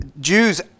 Jews